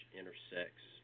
intersects